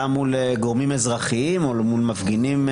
מול גורמים אזרחים או מול מפגינים,